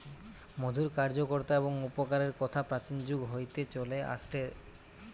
মধুর কার্যকতা এবং উপকারের কথা প্রাচীন যুগ হইতে চলে আসেটে